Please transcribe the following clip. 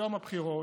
ליום הבחירות,